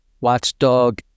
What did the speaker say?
watchdog